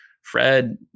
fred